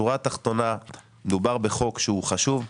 השורה התחתונה היא שמדובר בחוק שהוא חשוב,